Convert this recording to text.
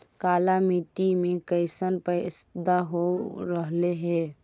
काला मिट्टी मे कैसन पैदा हो रहले है?